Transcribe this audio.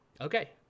okay